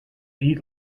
eat